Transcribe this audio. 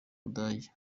budage